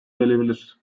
gelebilir